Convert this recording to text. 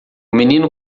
menino